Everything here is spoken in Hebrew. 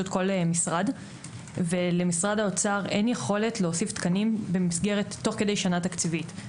כל משרד ולמשרד האוצר אין יכולת להוסיף תקנים תוך כדי שנה תקציבית.